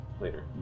Later